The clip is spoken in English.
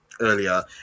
earlier